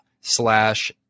slash